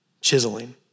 chiseling